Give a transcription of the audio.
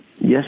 yes